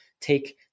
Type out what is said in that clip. take